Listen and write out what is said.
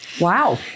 Wow